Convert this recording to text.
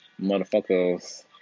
motherfuckers